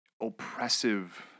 oppressive